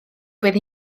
byddai